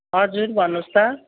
हजुर भन्नुहोस् त